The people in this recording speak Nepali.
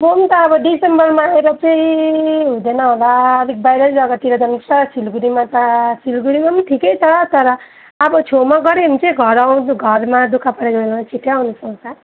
म पनि त अब डिसेम्बरमा आएर चाहिँ हुँदैन होला अलिक बाहिरै जग्गातिर जानुपर्छ सिलिगुडीमा त सिलिगुडीमा पनि ठिकै छ तर अब छेउमा गऱ्यो भने चाहिँ घर आउनु घरमा दुख परेको बेलामा छिटै आउनु पाउँछ